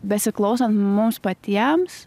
besiklausant mums patiems